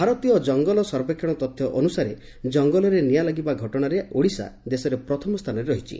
ଭାରତୀୟ ଜଙ୍ଗଲ ସର୍ବେକ୍ଷଣ ତଥ୍ୟ ଅନୁସାରେ ଜଙ୍ଗଲରେ ନିଆଁ ଲାଗିବା ଘଟଶାରେ ଓଡ଼ିଶା ଦେଶରେ ପ୍ରଥମ ସ୍ଥାନରେ ରହିଛି